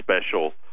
special